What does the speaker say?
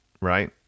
right